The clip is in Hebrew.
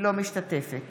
אינה משתתפת